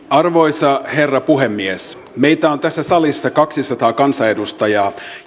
arvoisa herra puhemies meitä on tässä salissa kaksisataa kansanedustajaa